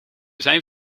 zijn